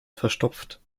verstopft